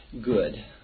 good